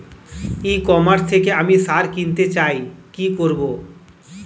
ই commerce থেকে আমি সার কিনতে চাই কি করব?